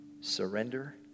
surrender